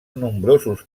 nombrosos